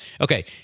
Okay